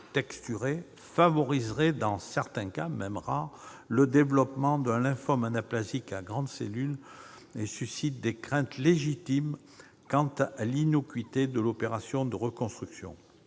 texturées, qui favoriseraient dans certains cas le développement de lymphome anaplasique à grande cellule, suscitent des craintes légitimes quant à l'innocuité de l'opération de reconstruction.